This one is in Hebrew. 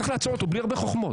צריך לעצור אותו בלי הרבה חוכמות,